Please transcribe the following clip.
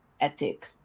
ethic